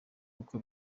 kuko